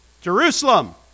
Jerusalem